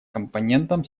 компонентом